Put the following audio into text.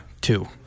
Two